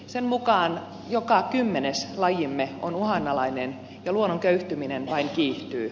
sen mukaan joka kymmenes lajimme on uhanalainen ja luonnon köyhtyminen vain kiihtyy